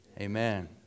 Amen